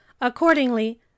accordingly